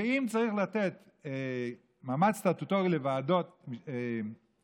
שאם צריך לתת מעמד סטטוטורי לוועדות מיוחדות,